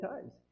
times